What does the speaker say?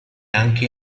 anche